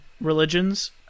religions